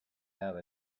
have